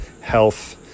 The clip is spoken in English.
health